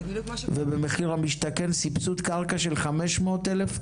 ובמחיר למשתכן סבסוד קרקע של 500,000,